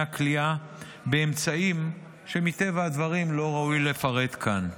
הכליאה באמצעים שמטבע הדברים לא ראוי לפרט כאן.